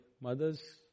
mothers